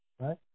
right